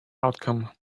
outcome